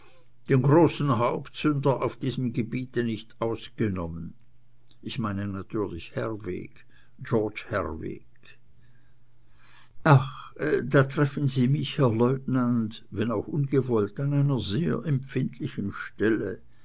den großen hauptsünder auf diesem gebiete nicht ausgenommen ich meine natürlich herwegh george herwegh ach da treffen sie mich herr lieutenant wenn auch ungewollt an einer sehr empfindlichen stelle